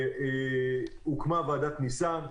הוקמה אז ועדת ניסן.